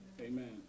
Amen